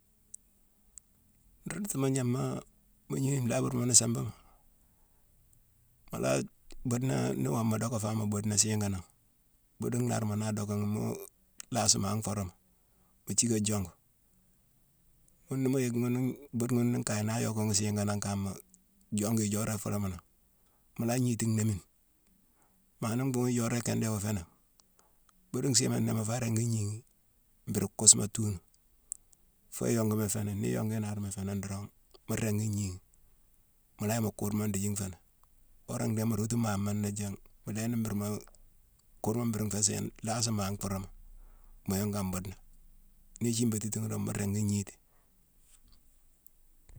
Nrundutuma gnammaa mu gnini, nlaa burmo ni simbama: mu la-buudena-ni woma docka faamo buudena singanangh, buude nnaarma naa docka ghi muu laasi mmaa nfooroma, mu thiické jongu. Ghune ni yick ghune buude ghune ni kaye ni docka ghi singanangh kama, jongu ijoorone iforoma nangh, mu la gniti nnhéémine. Ma ni mbhuughune ijoorone ikindé i wo fénang, buude nsiima né, mu fa ringi gniighi mburu kusuma tuunu. Foo iyonguma ifé nangh. Ni iyongu inaarma i fé nangh dorong, mu ringi gniighi. Mu yick mu kurma ndithii nfé ni. Wora ndhééne mu rootu maama nnéjang, mu lééni buru mu kurma mburu nfé sééne, laasi maa nfooroma mu yongu an buuna. Ni ithiimbatitighi dorong, mu ringi gniti